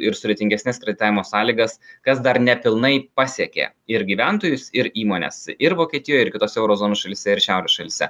ir sudėtingesnes kreditavimo sąlygas kas dar nepilnai pasiekė ir gyventojus ir įmones ir vokietijoj ir kitose euro zonos šalyse ir šiaurės šalyse